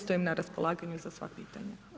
Stojim na raspolaganju za sva pitanja.